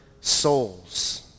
souls